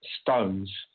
stones